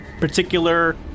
particular